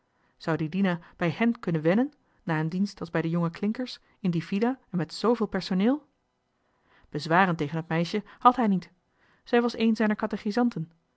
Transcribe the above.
zou die dina bij hèn kunnen wennen na een dienst als bij de jonge klincker's in die villa en met zoovéél personeel bezwaren tegen het meisje had hij niet zij was een zijner katechisanten